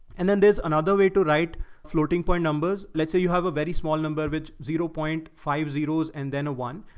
and then there's another way to write floating point numbers. let's say you have a very small number of which zero point five zeros and then a one.